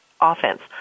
offense